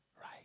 right